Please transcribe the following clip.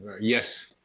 Yes